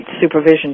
supervision